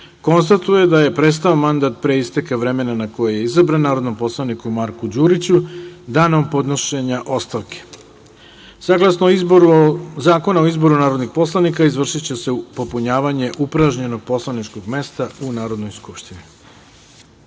konstatuje da je prestao mandat pre isteka vremena na koje je izabran narodnom poslaniku Marku Đuriću, danom podnošenja ostavke. Saglasno Zakonu o izboru narodnih poslanika, izvršiće se popunjavanje upražnjenog poslaničkog mesta u Narodnoj